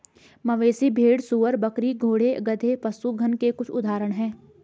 मवेशी, भेड़, सूअर, बकरी, घोड़े, गधे, पशुधन के कुछ उदाहरण हैं